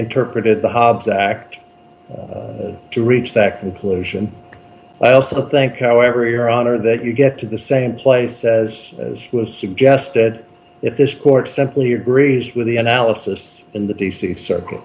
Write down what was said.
interpreted the hobbs act to reach that conclusion i also think however your honor that you get to the same place as as was suggested if this court simply agrees with the analysis in the d c circuit